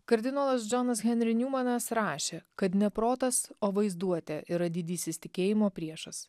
kardinolas džonas henri niumanas rašė kad ne protas o vaizduotė yra didysis tikėjimo priešas